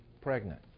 pregnant